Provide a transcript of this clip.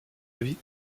avis